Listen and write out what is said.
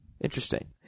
interesting